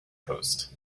coast